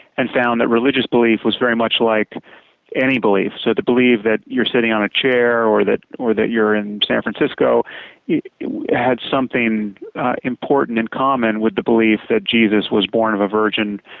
and found that religious belief was very much like any belief. so to believe that you're sitting on a chair or that or that you're in san francisco had something important in common with the belief that jesus was born of a virgin,